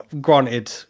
granted